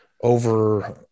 over